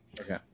Okay